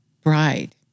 bride